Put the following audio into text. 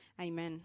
Amen